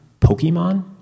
pokemon